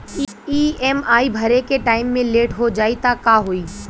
EMI भरे के time मे लेट हो जायी त का होई?